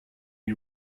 you